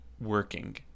working